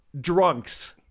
drunks